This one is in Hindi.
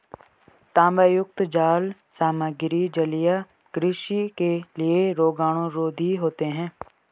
तांबायुक्त जाल सामग्री जलीय कृषि के लिए रोगाणुरोधी होते हैं